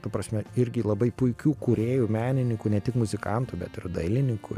ta prasme irgi labai puikių kūrėjų menininkų ne tik muzikantų bet ir dailininkų